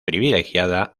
privilegiada